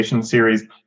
series